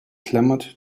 clamored